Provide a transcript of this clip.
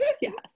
yes